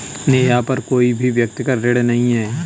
नेहा पर कोई भी व्यक्तिक ऋण नहीं है